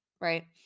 right